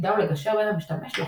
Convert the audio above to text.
תפקידה הוא לגשר בין המשתמש לחומרה.